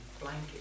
blanket